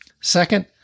Second